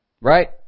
Right